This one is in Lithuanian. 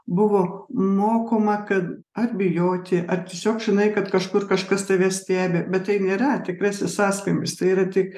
buvo mokoma kad ar bijoti ar tiesiog žinai kad kažkur kažkas tave stebi bet tai nėra tikrasis sąskambis tai yra tik